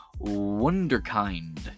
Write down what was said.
Wonderkind